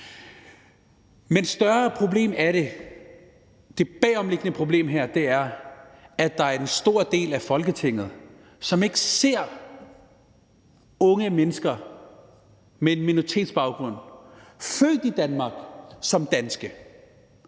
problem her er – at der er en stor del af Folketinget, som ikke ser unge mennesker med en minoritetsbaggrund født i Danmark som danske.